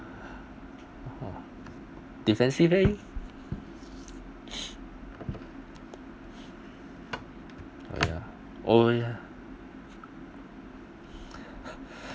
defensive leh oh ya oh ya